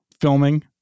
filming